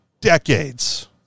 decades